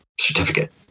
certificate